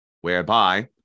whereby